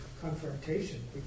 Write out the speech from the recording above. confrontation